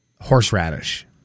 horseradish